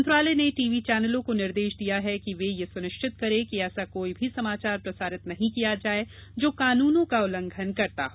मंत्रालय ने टीवी चैनलों को निर्देश दिया है कि वे यह सुनिश्चित करें कि ऐसा कोई भी समाचार प्रसारित नहीं किया जाए जो कानूनों का उल्लंघन करता हो